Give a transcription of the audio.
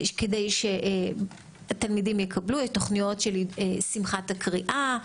כדי שהילדים יקבלו תוכניות של שמחת הקריאה,